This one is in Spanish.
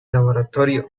laboratorio